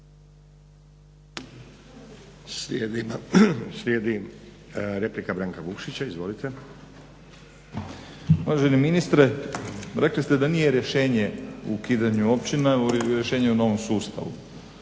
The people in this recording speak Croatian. laburisti - Stranka rada)** Uvaženi ministre, rekli ste da nije rješenje u ukidanju općina, rješenje je u novom sustavu.